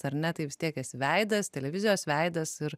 ar ne tai vis tiek esi veidas televizijos veidas ir